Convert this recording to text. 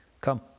Come